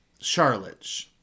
charlotte